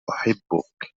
أحبك